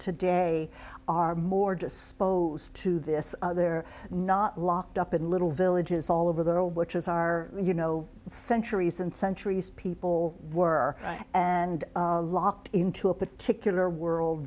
today are more disposed to this they're not locked up in little villages all over the world which are you know centuries and centuries people were and locked into a particular world